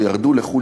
או ירדו לחו"ל,